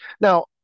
Now